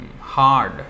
hard